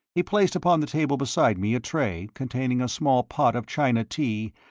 he placed upon the table beside me a tray containing a small pot of china tea,